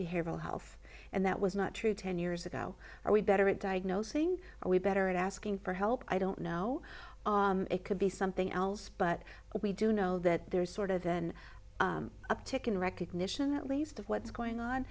behavioral health and that was not true ten years ago are we better at diagnosing are we better at asking for help i don't know it could be something else but we do know that there's sort of an uptick in recognition at least of what's going on